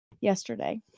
yesterday